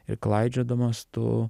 ir klaidžiodamas tu